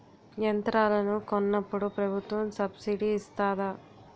యంత్రాలను కొన్నప్పుడు ప్రభుత్వం సబ్ స్సిడీ ఇస్తాధా?